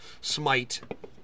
Smite